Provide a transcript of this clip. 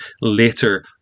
later